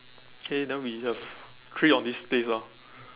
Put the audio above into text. okay then we have three on this place ah